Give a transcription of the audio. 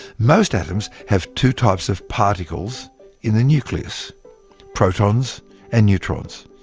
most atoms have two types of particles in the nucleus protons and neutrons.